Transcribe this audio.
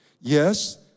Yes